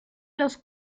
los